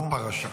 ה-פרשה.